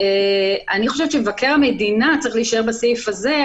אני חושבת שמבקר המדינה צריך להישאר בסעיף הזה,